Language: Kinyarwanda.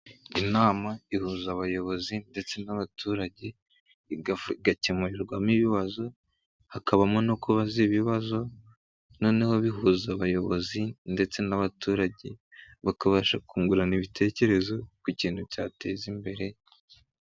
Inama ihuza abayobozi ndetse n'abaturage, igakemurirwamo ibibazo ,hakabamo no kubaza ibibazo, noneho bihuza abayobozi ndetse n'abaturage bakabasha kungurana ibitekerezo ku kintu cyateza imbere.